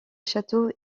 château